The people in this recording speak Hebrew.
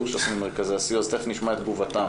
שעשינו במרכזי הסיוע אז תיכף נשמע את תגובתם.